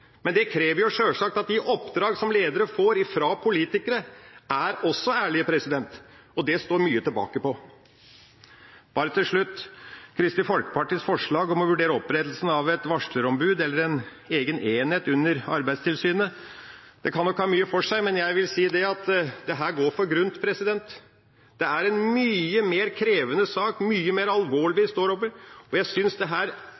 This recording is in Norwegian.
Men det krever jo sjølsagt at de oppdrag som ledere får fra politikere, også er ærlige, og det står det mye tilbake på. Så til slutt: Kristelig Folkepartis forslag om å vurdere opprettelsen av et varslerombud eller en egen enhet under Arbeidstilsynet kan nok ha mye for seg, men jeg vil si at dette går for grunt. Det er en mye mer krevende sak, en mye mer alvorlig